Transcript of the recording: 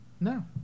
no